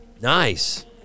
Nice